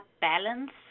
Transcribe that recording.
balance